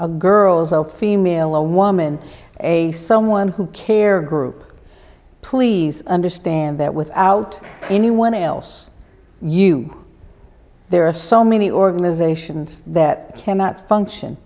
of girls out female a woman a someone who care group please understand that without anyone else you there are so many organizations that cannot function